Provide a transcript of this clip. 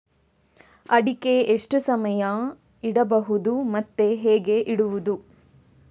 ಅಡಿಕೆ ಎಷ್ಟು ಸಮಯ ಇಡಬಹುದು ಮತ್ತೆ ಹೇಗೆ ಇಡುವುದು?